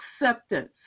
acceptance